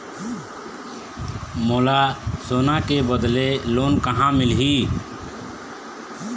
मोला सोना के बदले लोन कहां मिलही?